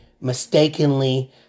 mistakenly